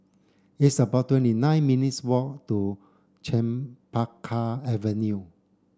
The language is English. it's about twenty nine minutes' walk to Chempaka Avenue